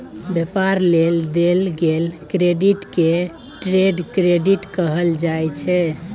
व्यापार लेल देल गेल क्रेडिट के ट्रेड क्रेडिट कहल जाइ छै